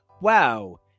wow